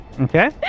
Okay